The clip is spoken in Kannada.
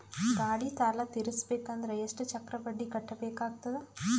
ಗಾಡಿ ಸಾಲ ತಿರಸಬೇಕಂದರ ಎಷ್ಟ ಚಕ್ರ ಬಡ್ಡಿ ಕಟ್ಟಬೇಕಾಗತದ?